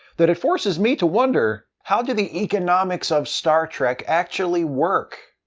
that it forces me to wonder how do the economics of star trek actually work?